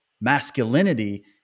masculinity